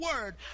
word